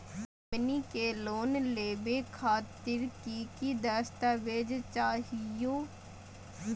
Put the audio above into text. हमनी के लोन लेवे खातीर की की दस्तावेज चाहीयो?